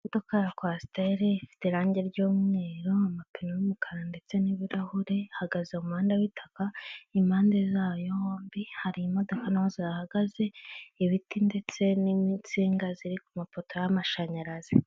Imodoka ya kwasiteri ifite irange ry'umweru, amapine y'umukara ndetse n'ibirahure, ihagaze umuhanda w'itaka, impande zayo hombi hari imodoka naho zihahagaze, ibiti ndetse n'insinga ziri ku mapoto y'amashanyarazi.